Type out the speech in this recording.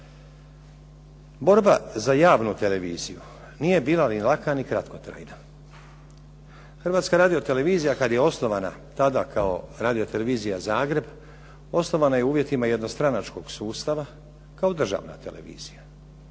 Borba za javnu televiziju nije bila ni laka ni kratkotrajna. Hrvatska radiotelevizija kad je osnovana, tada kao Radiotelevizija Zagreb, osnovana je u uvjetima jednostranačkog sustava kao državna televizija,